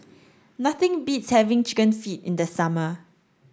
nothing beats having chicken feet in the summer